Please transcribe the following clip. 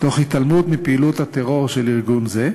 תוך התעלמות מפעילות הטרור של ארגון זה,